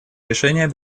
решения